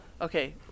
okay